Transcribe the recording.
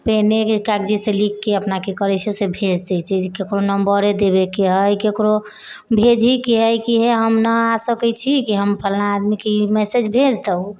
पेनके कागजेसँ लिखिके अपना की करै छै से भेज दय छै जे ककरो नम्बर देबैके हय ककरो भेजहिके हय कि हम नहि आबि सकै छी कि हम फल्ला आदमीके ई मेसेज भेज दौ